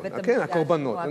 כן, הקורבנות.